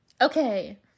Okay